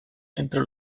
entre